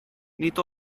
nid